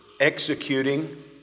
executing